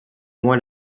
moi